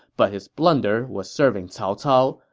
but his blunder was serving cao cao,